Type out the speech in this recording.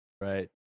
Right